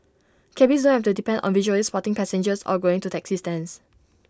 cabbies don't have to depend on visually spotting passengers or going to taxi stands